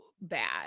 bad